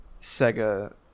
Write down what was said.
sega